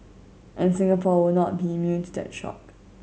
and Singapore will not be immune to that shock